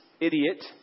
idiot